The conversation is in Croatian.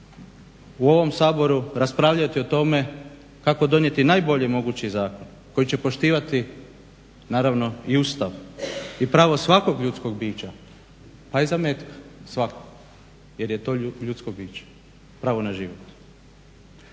u ovom Saboru raspravljati o tome kako donijeti najbolji mogući zakon koji će poštivati naravno i Ustav i pravo svakog ljudskog bića pa i zametka svakog jer je to ljudsko biće, pravo na život.